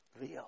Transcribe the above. real